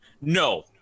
No